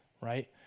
right